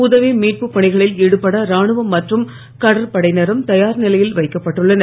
உதவி மீட்புப் பணிகளில் ஈடுபட ராணுவம் மற்றும் கடற்படையினரும் தயார் நிலையில் வைக்கப்பட்டுள்ளனர்